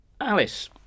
Alice